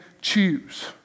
choose